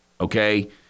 okay